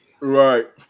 Right